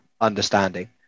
understanding